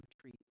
treat